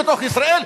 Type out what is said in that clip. בתוך ישראל,